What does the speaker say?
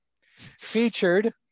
Featured